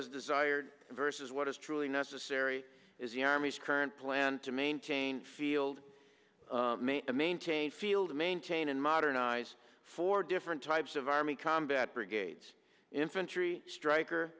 is desired versus what is truly necessary is the army's current plan to maintain field maintain field maintain and modernize for different types of army combat brigades infantry striker